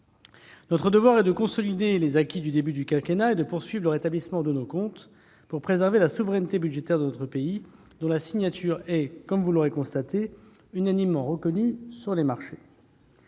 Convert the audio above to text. Notre devoir est de consolider les acquis du début du quinquennat et de poursuivre le rétablissement de nos comptes pour préserver la souveraineté budgétaire de notre pays, dont la signature est, comme vous l'aurez constaté, unanimement reconnue sur les marchés.